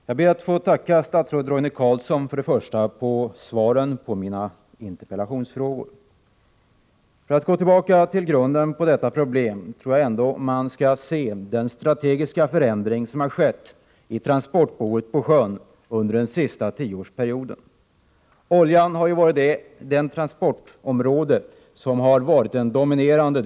Herr talman! Jag ber först att få tacka statsrådet Roine Carlsson för svaren på min interpellation. För att gå till grunden med detta problem måste man se på den strategiska förändring som har skett i transportbehovet på sjön under den senaste tioårsperioden. Oljan har varit den dominerande delen på transportområdet.